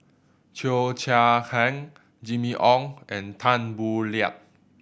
Cheo Chai Hiang Jimmy Ong and Tan Boo Liat